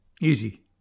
Easy